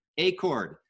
Acord